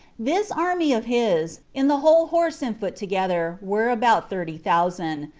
this army of his, in the whole horse and foot together, were about thirty thousand,